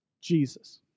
Jesus